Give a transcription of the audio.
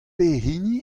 pehini